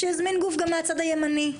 שיזמין גוף גם מהצד הימני.